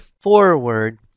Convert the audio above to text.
forward